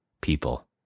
people